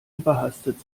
überhastet